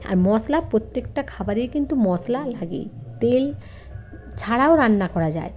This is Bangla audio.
আর মশলা প্রত্যেকটা খাবারেই কিন্তু মশলা লাগে তেল ছাড়াও রান্না করা যায়